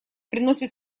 приносит